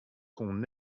qu’on